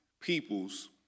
Peoples